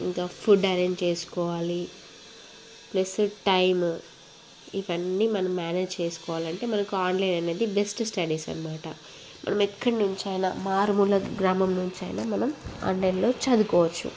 ఇంకా food arrange చేసుకోవాలి plus time ఇవన్నీ మనం మేనేజ్ చేసుకోవాలంటే మనకు ఆన్లైన్ అనేది బెస్ట్ స్టడీస్ అన్నమాట మనం ఎక్కడి నుంచి అయిన మారుమూల గ్రామం నుంచి అయిన మనం ఆన్లైన్లో చదువుకోవచ్చు